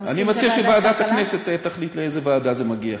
אני מציע שוועדת הכנסת תחליט לאיזו ועדה זה מגיע.